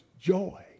joy